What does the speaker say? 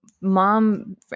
mom